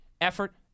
Effort